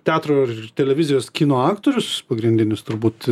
teatro ir televizijos kino aktorius pagrindinis turbūt